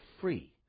free